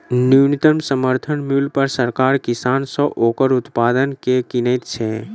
न्यूनतम समर्थन मूल्य पर सरकार किसान सॅ ओकर उत्पाद के किनैत छै